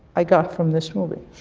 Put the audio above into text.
i got from this movie.